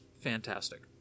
fantastic